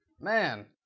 Man